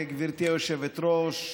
גברתי היושבת-ראש,